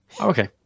Okay